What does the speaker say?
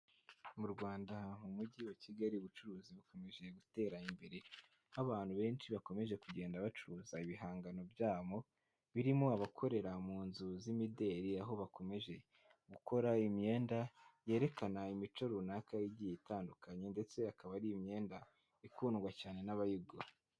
Mu rwanda mu mujyi wa Kigali ubucuruzi bukomeje gutera imbere, aho abantu benshi bakomeje kugenda bacuruza ibihangano byabo, birimo abakorera mu nzu z'imideli aho bakomeje gukora imyenda yerekana imico runaka igiye itandukanye ndetse akaba ari imyenda ikundwa cyane n'abayigura.